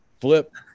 flip